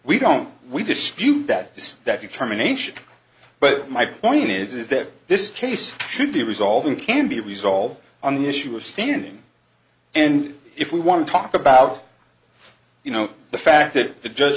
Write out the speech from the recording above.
we don't we dispute that this that determination but my point is is that this case should be resolved and can be resolved on the issue of standing and if we want to talk about you know the fact that the judge